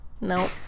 Nope